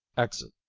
exit.